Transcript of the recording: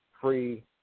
free